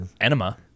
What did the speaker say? enema